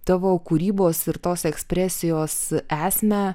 tavo kūrybos ir tos ekspresijos esmę